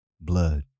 Blood